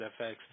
FX